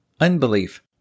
Unbelief